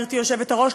גברתי היושבת-ראש,